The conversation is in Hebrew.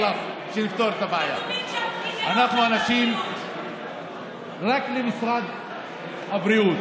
אנחנו לא זורקים את הבעיות הצידה.